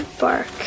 bark